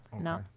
No